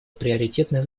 приоритетной